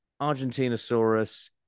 Argentinosaurus